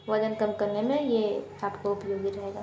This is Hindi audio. वज़न कम करने में ये आपको उपयोगी रहेगा